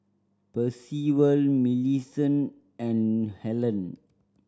Percival Millicent and Hellen